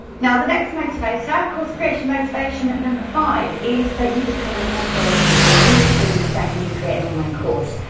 now, the next motivator, course creation motivator and number five is that you become an authority in your industry the second you create an online course.